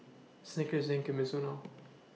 Snickers Zinc and Mizuno